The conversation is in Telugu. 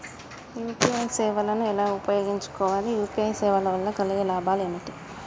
యూ.పీ.ఐ సేవను ఎలా ఉపయోగించు కోవాలి? యూ.పీ.ఐ సేవల వల్ల కలిగే లాభాలు ఏమిటి?